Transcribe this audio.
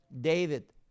David